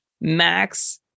Max